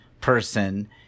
person